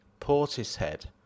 Portishead